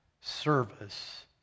service